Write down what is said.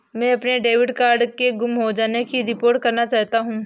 मैं अपने debit card के गुम हो जाने की रिपोर्ट करना चाहता हूँ